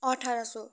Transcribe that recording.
अठार सय